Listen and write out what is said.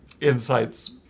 Insights